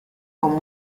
con